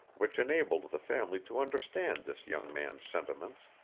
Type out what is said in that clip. which enabled the family to understand this young man's sentiments,